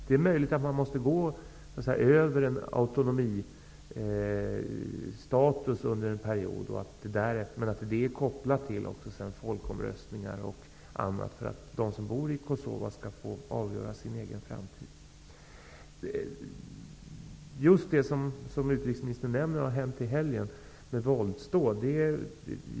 Det är möjligt att man måste ta vägen över en autonomistatus under en period, men detta skall kopplas till folkomröstningar och annat för att de som bor i Kosova skall få avgöra sin egen framtid. Utrikesministern nämnde våldsdåden som inträffade nu i helgen.